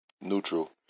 Neutral